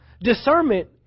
discernment